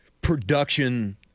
production